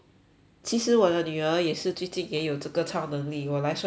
其实我的女儿也是最近也有这个超能力我来说一说她的